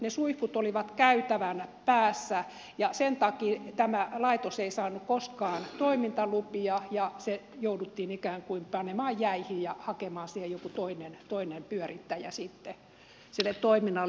ne suihkut olivat käytävän päässä ja sen takia tämä laitos ei saanut koskaan toimintalupia ja se jouduttiin ikään kuin panemaan jäihin ja hakemaan joku toinen pyörittäjä sitten sille toiminnalle